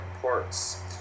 ports